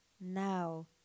now